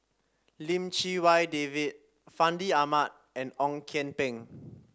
Lim Chee Wai David Fandi Ahmad and Ong Kian Peng